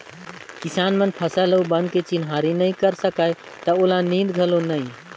किसान मन फसल अउ बन के चिन्हारी नई कयर सकय त ओला नींदे घलो नई